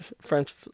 French